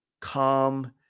calm